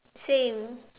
same